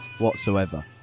whatsoever